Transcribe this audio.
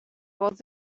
voz